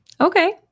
Okay